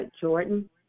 Jordan